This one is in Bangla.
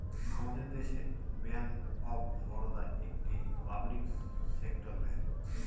আমাদের দেশে ব্যাঙ্ক অফ বারোদা একটি পাবলিক সেক্টর ব্যাঙ্ক